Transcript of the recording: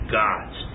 gods